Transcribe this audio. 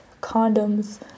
condoms